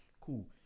Cool